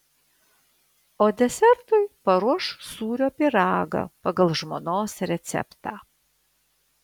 o desertui paruoš sūrio pyragą pagal žmonos receptą